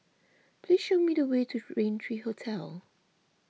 please show me the way to Raintr Hotel